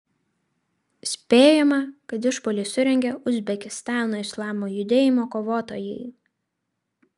spėjama kad išpuolį surengė uzbekistano islamo judėjimo kovotojai